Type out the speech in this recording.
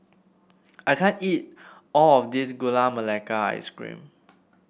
I can't eat all of this Gula Melaka Ice Cream